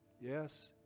Yes